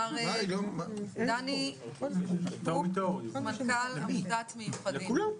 מר דני קרוק, מנכ"ל עמותת מיוחדים.